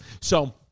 So-